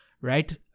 right